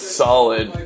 solid